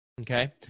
Okay